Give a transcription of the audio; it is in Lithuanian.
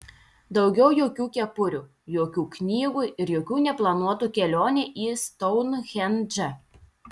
daugiau jokių kepurių jokių knygų ir jokių neplanuotų kelionių į stounhendžą